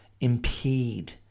impede